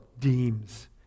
deems